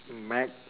mac